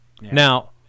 Now